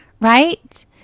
right